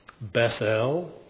Bethel